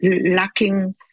lacking